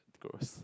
grow us